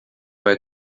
vai